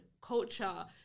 culture